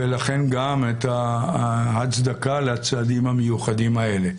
ולכן גם את ההצדקה לצעדים המיוחדים האלה.